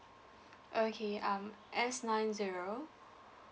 okay um S nine zero